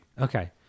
Okay